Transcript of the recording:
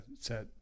set